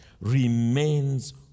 remains